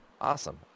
Awesome